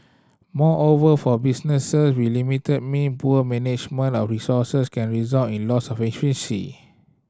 moreover for business with limited mean poor management of resource can result in loss of